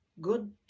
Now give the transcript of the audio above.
good